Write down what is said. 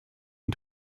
und